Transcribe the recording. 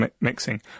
mixing